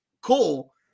cool